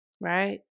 right